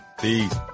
Peace